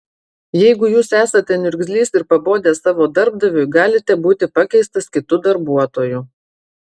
jeigu jūs esate niurgzlys ir pabodęs savo darbdaviui galite būti pakeistas kitu darbuotoju